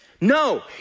no